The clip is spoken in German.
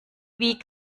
wie